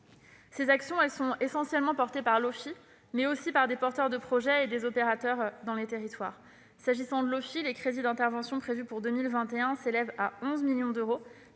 Ces actions sont essentiellement portées par l'OFII, mais aussi par des porteurs de projets et des opérateurs dans les territoires. Pour ce qui est de l'OFII, les crédits d'intervention prévus pour 2021 s'élèvent à 11 millions d'euros.